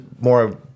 more